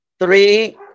Three